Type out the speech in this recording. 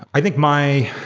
i think my